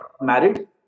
married